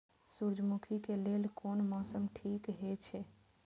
सूर्यमुखी के लेल कोन मौसम ठीक हे छे?